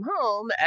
home